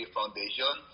Foundation